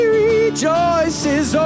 rejoices